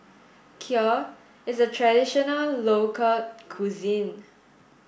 Kheer is a traditional local cuisine